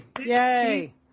Yay